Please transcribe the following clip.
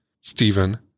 Stephen